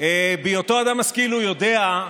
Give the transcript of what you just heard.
בהיותו אדם משכיל, הוא יודע,